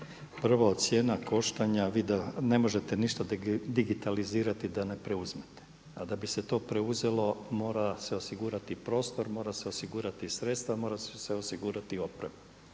Prvo, cijena koštanja, vi da, ne možete ništa digitalizirati a da ne preuzmete. A da bi se to preuzelo mora se osigurati prostor, moraju se osigurati sredstva, mora se osigurati i oprema.